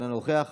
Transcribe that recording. אינו נוכח,